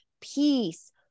peace